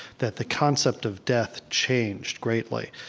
that the concept of death changed greatly.